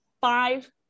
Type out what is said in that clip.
five